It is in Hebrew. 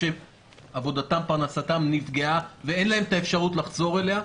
שעבודתם ופרנסתם נפגעה ואין להם אפשרות לחזור אליה.